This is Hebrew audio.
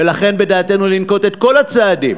ולכן בדעתנו לנקוט את כל הצעדים